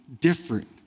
different